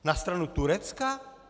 Na stranu Turecka?